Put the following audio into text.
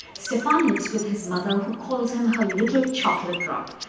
stefan lives with his mother, who calls him her little chocolate drop.